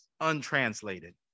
untranslated